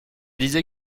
disait